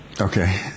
Okay